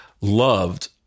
loved